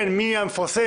וגם מהיועצים המשפטיים,